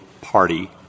party